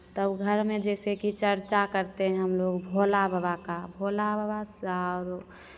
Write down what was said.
तब घर में जैसे कि चर्चा करते हैं हमलोग भोला बाबा का भोला बाबा का औरो